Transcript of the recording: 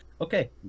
okay